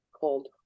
cold